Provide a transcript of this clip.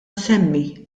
nsemmi